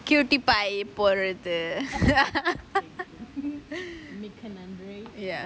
cutie pie போறது:porathu ya